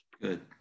Good